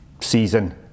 season